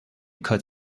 cut